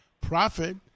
profit